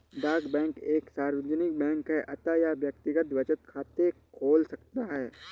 डाक बैंक एक सार्वजनिक बैंक है अतः यह व्यक्तिगत बचत खाते खोल सकता है